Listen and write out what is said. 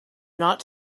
not